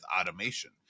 automation